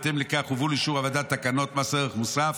בהתאם לכך, הובאו לאישור הוועדה תקנות מס ערך מוסף